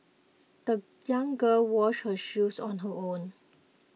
the young girl washed her shoes on her own